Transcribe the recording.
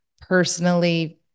personally